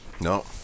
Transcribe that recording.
no